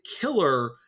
killer